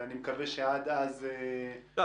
ואני מקווה שעד אז --- לא.